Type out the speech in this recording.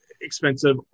expensive